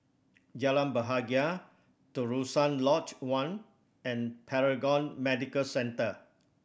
Jalan Bahagia Terusan Lodge One and Paragon Medical Centre